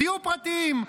תהיו פרטיים.